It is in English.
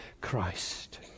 Christ